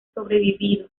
sobrevivido